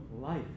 life